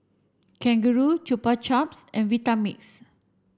Kangaroo Chupa Chups and Vitamix